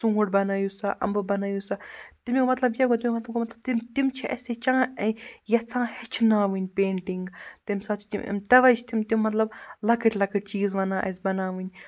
ژوٗنٛٹھ بَنٲیِو سا اَمبہٕ بَنٲیِو سا تَمیُک مطلب کیٛاہ گوٚو تِم تِم چھِ اَسہِ چا یَژھان ہیٚچھناوٕنۍ پیٚنٛٹِنٛگ تَمہِ ساتہٕ چھِ تِم تَوَے چھِ تِم تِم مطلب لۄکٕٹۍ لۄکٕٹۍ چیٖز وَنان اَسہِ بَناوٕنۍ